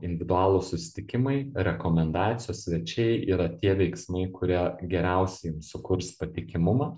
individualūs susitikimai rekomendacijos svečiai yra tie veiksmai kurie geriausiai jums sukurs patikimumą